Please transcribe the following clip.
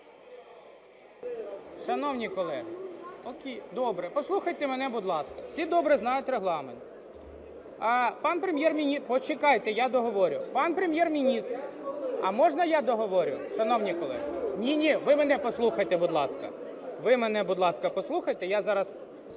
Шановні колеги, послухайте мене, будь ласка. Всі добре знають Регламент. Пан Прем'єр-міністр… Почекайте, я договорю! Пан Прем'єр-міністр… А можна я договорю, шановні колеги? Ні-ні, ви мене послухайте, будь ласка. Ви мене, будь ласка, послухайте, я зараз…